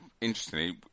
interestingly